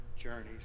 journeys